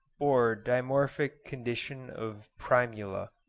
or dimorphic condition of primula,